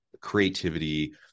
Creativity